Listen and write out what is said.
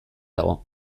dago